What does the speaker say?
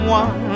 one